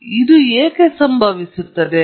ಈಗ ಇದು ಏಕೆ ಸಂಭವಿಸುತ್ತದೆ